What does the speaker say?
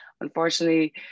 unfortunately